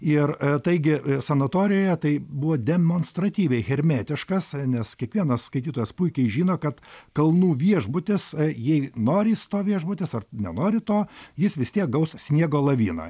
ir taigi sanatorijoje tai buvo demonstratyviai hermetiškas nes kiekvienas skaitytojas puikiai žino kad kalnų viešbutis jei nori is to viešbutis ar nenori to jis vis tiek gaus sniego laviną